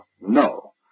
No